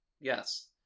Yes